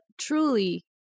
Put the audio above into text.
truly